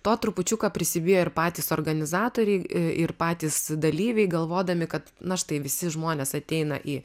to trupučiuką prisibijo ir patys organizatoriai ir patys dalyviai galvodami kad na štai visi žmonės ateina į